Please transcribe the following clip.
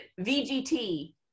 VGT